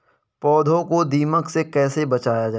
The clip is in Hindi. पौधों को दीमक से कैसे बचाया जाय?